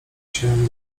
się